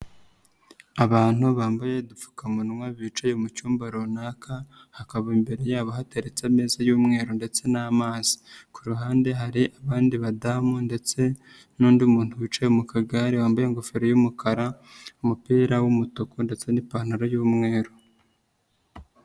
Abantu bambaye udupfukamunwa bicaye mu cyumba runaka, hakaba imbere yabo hateretse ameza y'umweru ndetse n'amazi. Ku ruhande hari abandi badamu ndetse n'undi muntu wicaye mu kagare wambaye ingofero y'umukara, umupira w'umutuku ndetse n'ipantaro y'umweru.